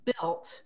built